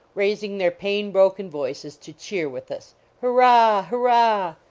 raising their pain-broken voices to cheer with us hurrah! hurrah!